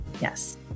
Yes